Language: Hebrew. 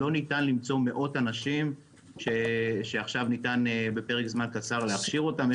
לא ניתן למצוא מאות אנשים שעכשיו ניתן בפרק זמן קצר להכשיר אותם.